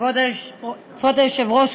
כבוד היושב-ראש,